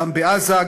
גם בעזה,